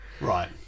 right